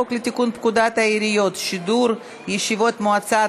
לתיקון פקודת העיריות (שידור ישיבות מועצה),